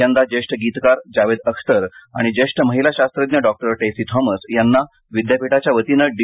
यंदा ज्येष्ठ गीतकार जावेद अख्तर आणि ज्येष्ठ महिला शास्त्रज्ञ डॉक्टर टेसी थॉमस यांना विद्यापीठाच्या वतीने डी